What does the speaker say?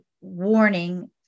warning